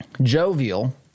jovial